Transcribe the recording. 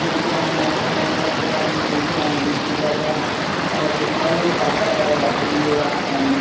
जीअं हुते हाणे मैकडॉनल्ड वग़ैरह बि ठही विया आहिनि पिज़्ज़ा जा और मॉल बि ॾाढा वॾा वॾा ठही विया आहिनि